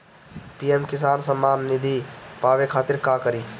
PM Kisan Samman Nidhi पावे खातिर का करी?